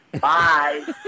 Bye